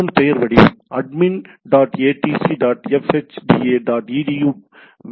வினவல் பெயர் வடிவம் admin dot atc dot fhda dot edu